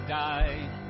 died